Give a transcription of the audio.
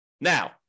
Now